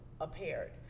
appeared